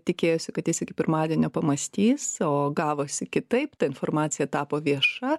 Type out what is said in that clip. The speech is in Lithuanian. tikėjosi kad jis iki pirmadienio pamąstys o gavosi kitaip ta informacija tapo vieša